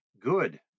good